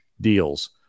deals